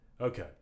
Okay